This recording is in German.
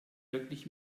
wirklich